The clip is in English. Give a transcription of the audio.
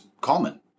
common